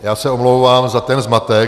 Já se omlouvám za ten zmatek.